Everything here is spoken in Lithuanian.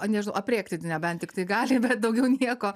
nežinau aprėkti nebent tiktai gali bet daugiau nieko